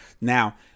Now